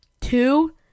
Two